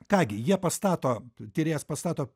ką gi jie pastato tyrėjas pastato